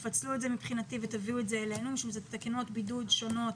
מבחינתי תפצלו אזה כי אלה תקנות בידוד שונות.